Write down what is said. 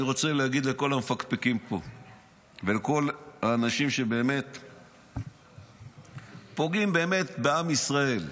אני רוצה להגיד לכל המפקפקים פה ולכל האנשים שפוגעים באמת בעם ישראל: